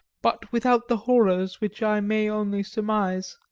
but without the horrors which i may only surmise.